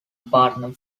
partner